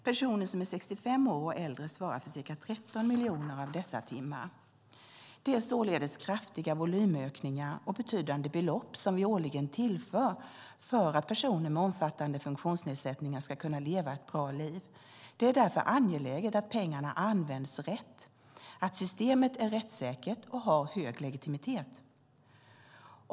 Personer som är 65 år och äldre svarar för ca 13 miljoner av dessa timmar. Det är således kraftiga volymökningar och betydande belopp som vi årligen tillför för att personer med omfattande funktionsnedsättningar ska kunna leva ett bra liv. Det är därför angeläget att pengarna används rätt och att systemet är rättssäkert och har hög legitimitet.